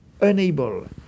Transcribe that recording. unable